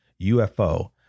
UFO